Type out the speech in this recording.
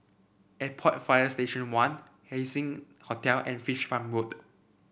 Airport Fire Station One Haising Hotel and Fish Farm Road